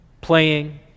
playing